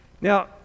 Now